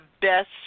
best